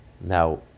Now